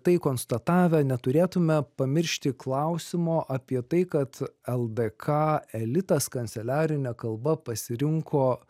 tai konstatavę neturėtume pamiršti klausimo apie tai kad ldk elitas kanceliarine kalba pasirinko